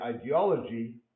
ideology